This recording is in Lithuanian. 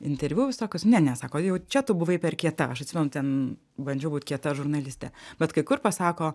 interviu visokius ne ne sako jau čia tu buvai per kieta aš atsimenu ten bandžiau būt kieta žurnaliste bet kai kur pasako